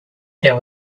there